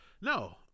No